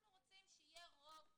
אנחנו רוצים שיהיה רוב סביר.